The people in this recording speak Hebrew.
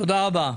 תודה רבה.